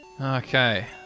Okay